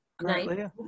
Nice